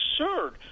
absurd